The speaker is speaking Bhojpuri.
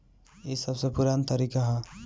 ई सबसे पुरान तरीका हअ